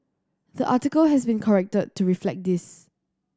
the article has been corrected to reflect this